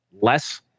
less